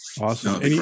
Awesome